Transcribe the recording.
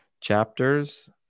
chapters